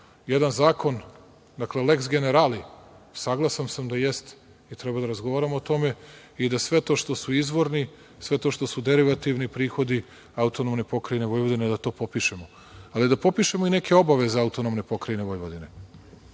jedan zakon, dakle lex generali? Saglasan sam da jeste i treba da razgovaramo o tome i da sve to što su izvorni, sve to što su derivativni prihodi AP Vojvodina da to popišemo. Ali da popišemo i neke obaveze AP Vojvodine.